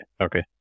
okay